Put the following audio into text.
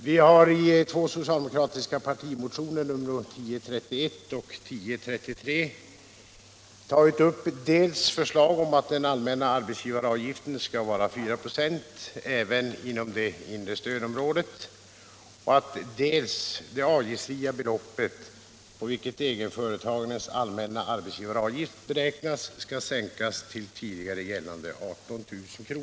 Vi har i två socialdemokratiska partimotioner, nr 1031 och 1033, tagit upp dels förslag om att den allmänna arbetsgivaravgiften skall vara 4 96, även inom det inre stödområdet, dels att det avgiftsfria beloppet, på vilket egenföretagarens allmänna arbetsgivaravgift beräknas, skall sänkas till tidigare gällande 18 000 kr.